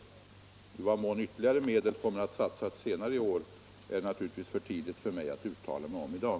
I vad mån ytterligare medel kommer att satsas senare i år är det naturligtvis för tidigt för mig att säga någonting om i dag.